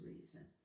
reason